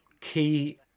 key